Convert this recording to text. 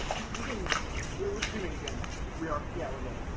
i mean we can we're we're streaming again we are yeah, we're good,